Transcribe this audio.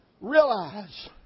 Realize